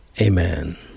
Amen